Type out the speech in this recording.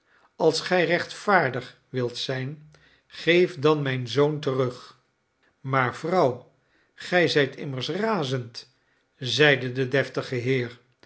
als gj rechtvaardig wilt zijn geef dan mijn zoon terug maar vrouw gij zijt immers razend zeide de deftige heer